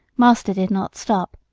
master did not stop.